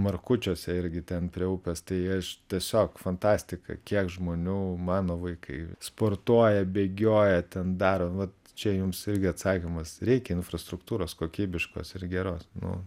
markučiuose irgi ten prie upės tai aš tiesiog fantastika kiek žmonių mano vaikai sportuoja bėgioja ten daro vat čia jums irgi atsakymas reikia infrastruktūros kokybiškos ir geros nu